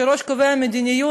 שיש בארצות הברית,